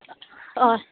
हय